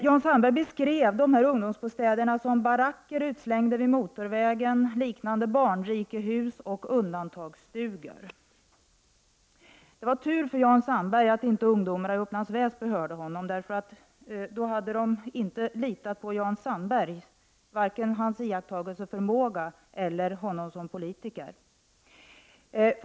Jan Sandberg beskrev dessa ungdomsbostäder som baracker utslängda vid motorvägen, liknande barnrikehus och undantagsstugor. Det var tur för Jan Sandberg att inte ungdomarna i Upplands Väsby hörde honom. Då hade de inte litat på hans iakttagelseförmåga eller på honom som politiker.